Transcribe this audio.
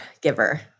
giver